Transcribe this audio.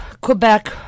Quebec